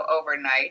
overnight